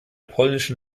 polnischen